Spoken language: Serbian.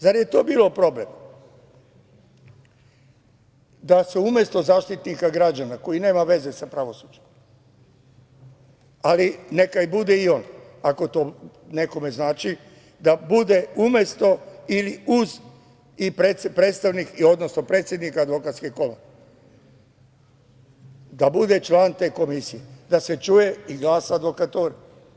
Zar je to bio problem da se umesto Zaštitnika građana koji nema veze sa pravosuđem, ali neka bude i on ako to nekome znači, da bude umesto ili uz i predstavnik, odnosno predsednik Advokatske komore da bude član te komisije, da se čuje i glas advokature.